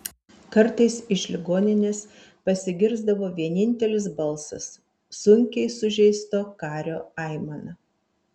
kartais iš ligoninės pasigirsdavo vienintelis balsas sunkiai sužeisto kario aimana